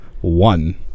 One